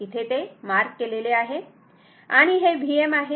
इथे ते मार्क केलेले आहे आणि हे Vm आहे